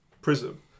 prism